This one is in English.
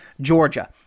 Georgia